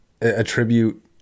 attribute